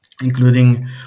including